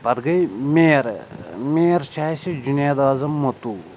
پَتہٕ گٔے میر میر چھِ اَسہِ جُنید اعظم متوٗ